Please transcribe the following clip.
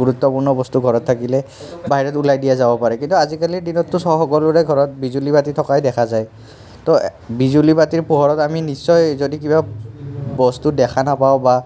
গুৰুত্বপূৰ্ণ বস্তু ঘৰত থাকিলে বাহিৰত ওলাই দিয়া যাব পাৰে কিন্তু আজিকালিৰ দিনততো সব সকলোৰে ঘৰত বিজুলীবাতি থকাই দেখা যায় তো বিজুলীবাতিৰ পোহৰত আমি নিশ্চয় যদি কিবা বস্তু দেখা নাপাওঁ বা